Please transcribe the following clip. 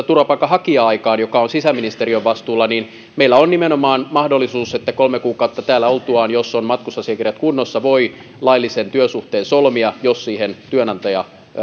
turvapaikanhakija aikaan vastaanottokeskuksessa mikä on sisäministeriön vastuulla niin meillä on nimenomaan mahdollisuus että kolme kuukautta täällä oltuaan jos on matkustusasiakirjat kunnossa voi laillisen työsuhteen solmia jos siihen työnantaja